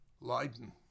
Leiden